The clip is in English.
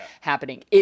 happening